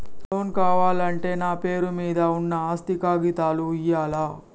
Loan కావాలంటే నా పేరు మీద ఉన్న ఆస్తి కాగితాలు ఇయ్యాలా?